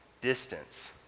Distance